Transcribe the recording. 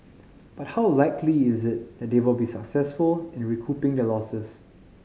but how likely is it that they will be successful in recouping their losses